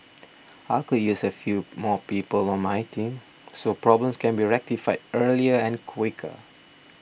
I could use a few more people on my team so problems can be rectified earlier and quicker